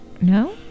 No